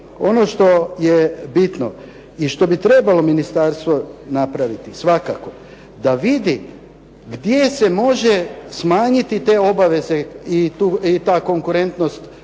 ono što je bitno i što bi trebalo ministarstvo napraviti svakako da vidi gdje se može smanjiti te obaveze i ta konkurentnost da